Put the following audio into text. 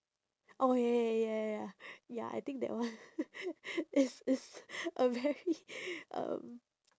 oh ya ya ya ya ya ya ya I think that one is is a very um